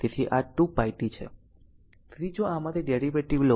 તેથી જો આમાંથી ડેરીવેટીવ લો